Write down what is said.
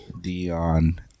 Dion